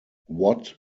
what